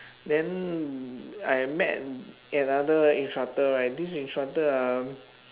then I met another instructor right this instructor ah